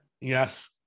Yes